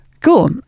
Cool